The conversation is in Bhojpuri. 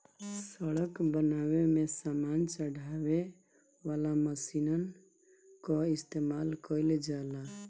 सड़क बनावे में सामान चढ़ावे वाला मशीन कअ इस्तेमाल कइल जाला